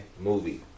movie